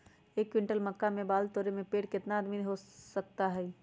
एक क्विंटल मक्का बाल तोरे में पेड़ से केतना आदमी के आवश्कता होई?